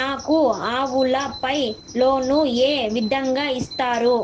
నాకు ఆవులపై లోను ఏ విధంగా ఇస్తారు